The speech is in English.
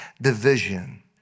division